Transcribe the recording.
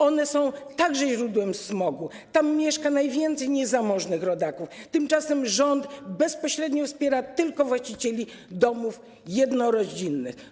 One są także źródłem smogu, mieszka tam najwięcej niezamożnych rodaków, tymczasem rząd bezpośrednio wspiera tylko właścicieli domów jednorodzinnych.